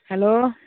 hello